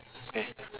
okay